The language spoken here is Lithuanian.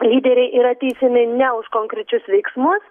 lyderiai yra teisiami ne už konkrečius veiksmus